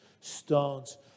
stones